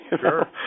sure